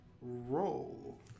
roll